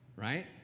right